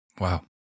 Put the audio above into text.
Wow